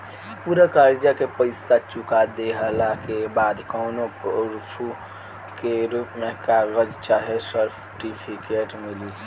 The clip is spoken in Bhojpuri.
पूरा कर्जा के पईसा चुका देहला के बाद कौनो प्रूफ के रूप में कागज चाहे सर्टिफिकेट मिली?